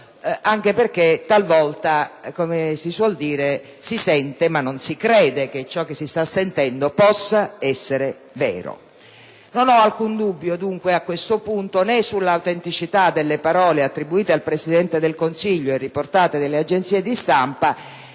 anche perché talvolta, come si suol dire, si sente ma non si crede che ciò che si sta sentendo possa essere vero. Non ho alcun dubbio, dunque, a questo punto, né sull'autenticità delle parole attribuite al Presidente del Consiglio, e riportate dalle agenzie di stampa,